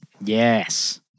Yes